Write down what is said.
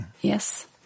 Yes